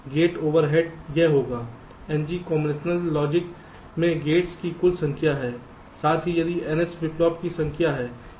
gate overhead यह होगा ng combination logic में गेट्स की कुल संख्या है साथ ही यदि ns फ्लिप फ्लॉप की संख्या है